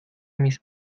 mis